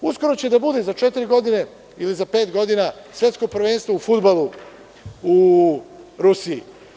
Uskoro će da bude, za četiri godine ili za pet godina, Svetsko prvenstvo u fudbalu u Rusiji.